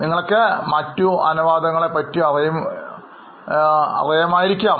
നിങ്ങൾക്ക് മറ്റ് അനു പാദങ്ങളെ പറ്റി അറിയും ആയിരിക്കാം